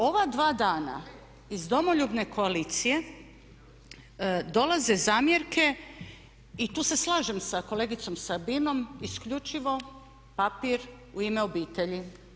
Ova dva dana iz Domoljubne koalicije dolaze zamjerke i tu se slažem sa kolegicom Sabinom isključivo papir u ime obitelji.